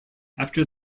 after